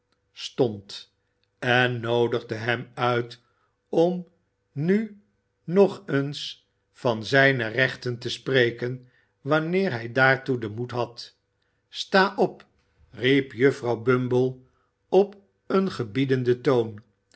stond en noodigde hem uit om nu nog eens van zijne rechten te spreken wanneer hij daartoe den moed had sta op riep juffrouw bumble op een gebiedenden toon